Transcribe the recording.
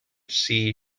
see